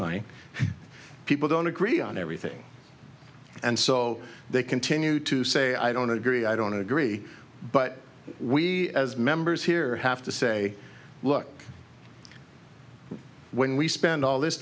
money people don't agree on everything and so they continue to say i don't agree i don't agree but we as members here have to say look when we spend all this